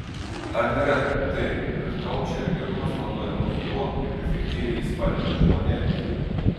ar nėra taip kad koučerio gerumas matuojamas tuo kaip efektyviai jis padeda žmonėms